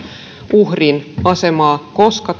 uhrin asemaa koska